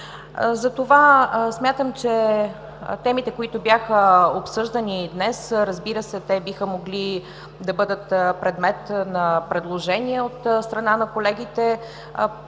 Затова смятам, че темите, които бяха обсъждани днес, разбира се, те биха могли да бъдат предмет на предложения от страна на колегите